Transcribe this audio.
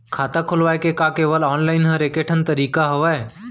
खाता खोलवाय के का केवल ऑफलाइन हर ऐकेठन तरीका हवय?